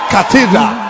Cathedral